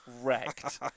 wrecked